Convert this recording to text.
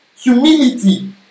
Humility